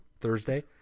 Thursday